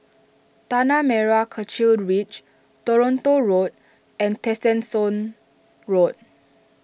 Tanah Merah Kechil Ridge Toronto Road and Tessensohn Road